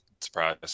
surprise